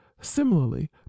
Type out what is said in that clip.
similarly